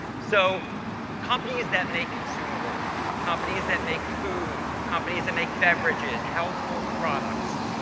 so companies that make consumables, companies that make food, companies that make beverages, household products,